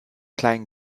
klein